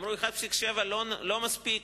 ואמרו, 1.7% לא מספיק.